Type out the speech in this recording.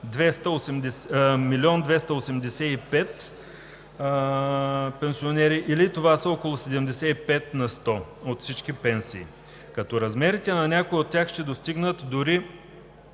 хил. пенсионери, или това са около 75 на сто от всички пенсии, като размерите на някои от тях ще достигнат дори